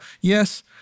yes